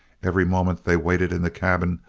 every moment they waited in the cabin,